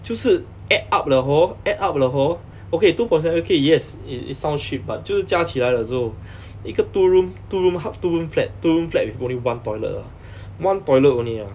就是 add up 了 hor add up 了 hor okay two point seven K yes it it sounds cheap but 就是加起来了之后一个 two room two room hou~ two room flat two room flat with only one toilet ah one toilet only ah